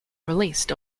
released